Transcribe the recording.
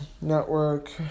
network